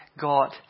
God